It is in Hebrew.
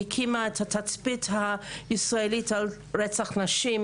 שהקימה את התצפית הישראלית על רצח נשים